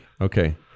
Okay